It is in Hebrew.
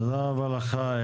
תודה רבה לך.